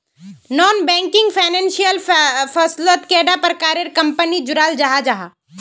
Non banking financial फसलोत कैडा प्रकारेर कंपनी जुराल जाहा?